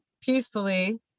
peacefully